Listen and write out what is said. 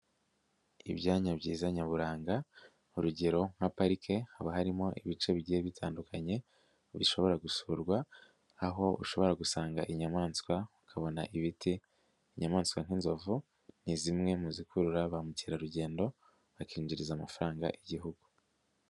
Ibyanya byiza nyaburanga urugero nka parike, haba harimo ibice bigiye bitandukanye bishobora gusurwa, aho ushobora gusanga inyamaswa, ukabona ibiti, inyamaswa nk'inzovu ni zimwe mu zikurura ba mukerarugendo, bakinjiriza amafaranga Igihugu.